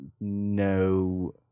no